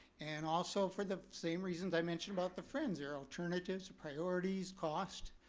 and also for the same reasons i mentioned about the friends, there are alternatives, priorities, cost.